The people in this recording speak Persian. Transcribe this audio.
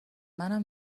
منم